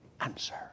answer